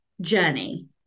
journey